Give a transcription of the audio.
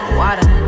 water